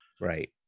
Right